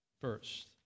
first